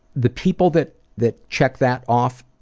the people that that check that off,